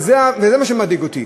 וזה מה שמדאיג אותי,